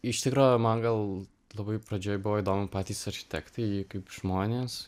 iš tikro man gal labai pradžioj buvo įdomu patys architektai kaip žmonės